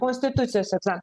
konstitucijos egza